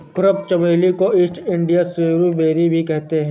crepe चमेली को East India rosebay भी कहते हैं